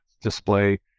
display